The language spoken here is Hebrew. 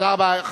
תודה רבה.